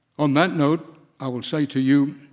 on that note, i will say to you,